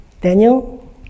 Daniel